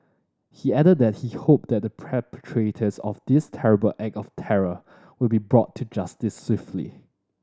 he added that he hoped that the perpetrators of this terrible act of terror will be brought to justice swiftly